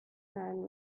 man